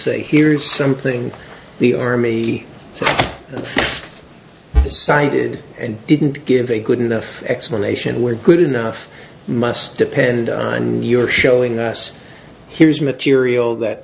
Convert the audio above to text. say here's something the army decided and didn't give a good enough explanation were good enough must depend on your showing us here's material that